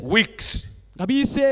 Weeks